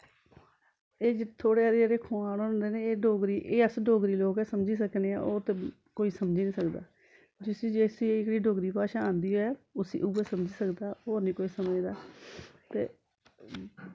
एह् थोह्ड़े हारे जेह्ड़े खोआन होंदे न एह् अस डोगरे लोक गै समझी सकने आं होर ते कोई समझी निं सकदा जिसी जिसा एह् डोगरी भाशा आंदी ऐ उऐ समझी सकदा होर निं कोई समझदा